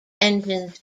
engines